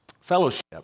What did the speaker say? fellowship